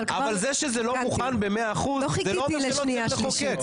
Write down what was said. אבל זה שזה לא מוכן במאה אחוז זה לא אומר שלא צריך לחוקק,